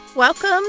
Welcome